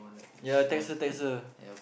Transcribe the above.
ya text text